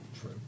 True